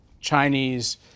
Chinese